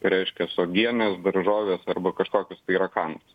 reiškias uogienes daržoves arba kažkokius rakandus